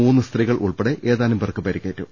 മൂന്ന് സ്ത്രീകൾ ഉൾപ്പെടെ ഏതാനും പേർക്ക് പരിക്കേറ്റു